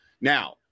Now